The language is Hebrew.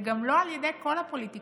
וגם לא על ידי כל הפוליטיקאים.